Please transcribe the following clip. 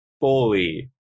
fully